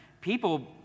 people